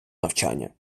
навчання